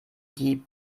die